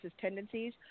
tendencies